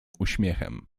uśmiechem